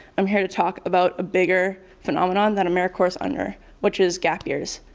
i'm here to talk about a bigger phenomenon that americorps is under which is gap years.